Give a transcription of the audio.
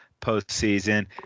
postseason